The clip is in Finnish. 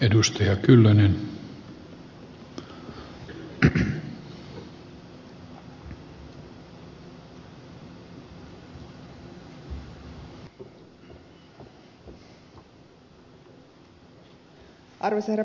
arvoisa herra puhemies